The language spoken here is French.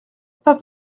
pas